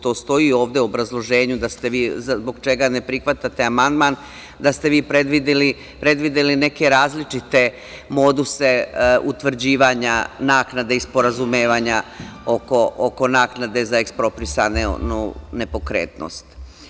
To stoji ovde u obrazloženju da ste vi, zbog čega ne prihvatate amandman, da ste vi predvideli neke različite moduse utvrđivanja naknade i sporazumevanja oko naknade za eksproprisane nepokretnosti.